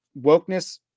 wokeness